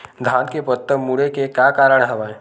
धान के पत्ता मुड़े के का कारण हवय?